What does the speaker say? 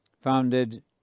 founded